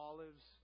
Olives